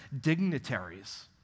dignitaries